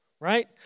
Right